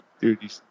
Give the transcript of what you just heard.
Dude